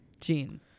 Gene